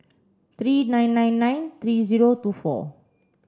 three nine nine nine three zero two four